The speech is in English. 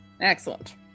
excellent